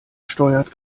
steuert